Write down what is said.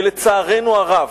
ולצערנו הרב,